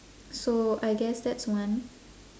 so I guess that's one